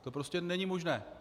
To prostě není možné.